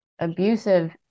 abusive